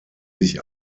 sich